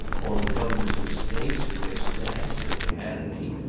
all the governors of states with their staffs, if they had any,